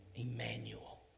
Emmanuel